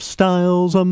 Styles